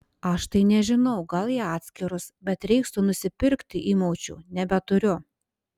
aš tai nežinau gal į atskirus bet reiks tų nusipirkti įmaučių nebeturiu